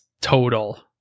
total